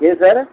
எது சாரு